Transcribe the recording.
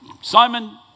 Simon